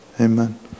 amen